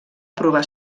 provar